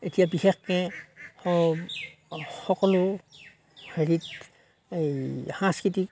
এতিয়া বিশেষকৈ কওঁ সকলো হেৰিত এই সাংস্কৃতিক